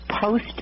post